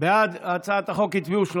להעביר את הצעת חוק מבקר המדינה (תיקון, הגנה על